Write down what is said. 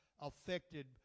affected